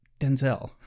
Denzel